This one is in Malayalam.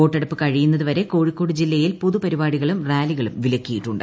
വോട്ടെടുപ്പ് കഴിയുന്നതുവരെ കോഴീക്കോട് ജില്ലയിൽ പൊതുപരിപാടികളും റാലികളും വിലക്കിയിട്ടുണ്ട്